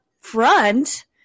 front